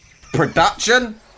production